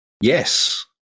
Yes